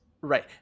right